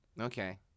Okay